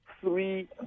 three